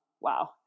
Wow